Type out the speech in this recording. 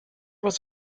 was